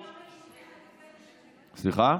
סליחה?